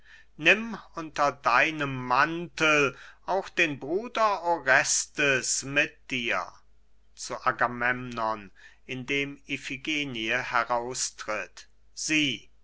nimm unter deinem mantel auch den bruder orestes mit dir zu agamemnon indem iphigenie heraustritt sieh